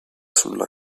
sulla